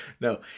no